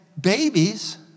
babies